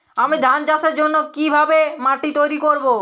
আমি ধান চাষের জন্য কি ভাবে মাটি তৈরী করব?